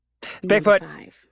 Bigfoot